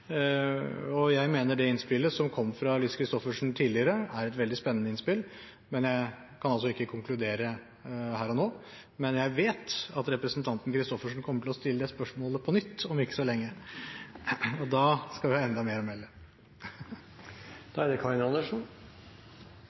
problemstillinger. Jeg mener det innspillet som kom fra Lise Christoffersen tidligere, er et veldig spennende innspill, men jeg kan altså ikke konkludere her og nå. Men jeg vet at representanten Christoffersen kommer til å stille det spørsmålet på nytt om ikke så lenge, og da skal vi ha enda mer å melde!